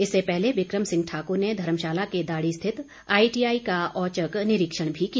इससे पहले बिक्रम ठाकुर ने धर्मशाला के दाड़ी स्थित आईटीआई का औचक निरीक्षण भी किया